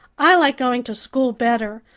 i like going to school better,